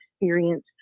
experience